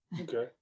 okay